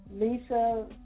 Lisa